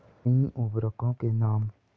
तीन उर्वरकों के नाम?